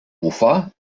bufar